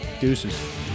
Deuces